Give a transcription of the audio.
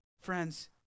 friends